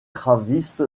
travis